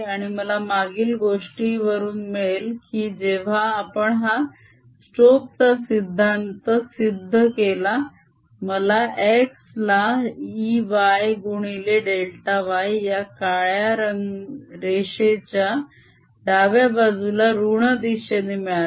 आणि मला मागील गोष्टीवरून मिळेल की जेव्हा आपण हा स्टोक्स चा सिद्धांत सिद्ध केला मला x ला Ey गुणिले डेल्टा y या काळ्या रेषेच्या डाव्या बाजूला ऋण दिशेने मिळाले